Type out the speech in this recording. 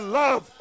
love